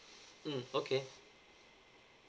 mm okay